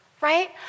right